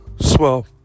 swell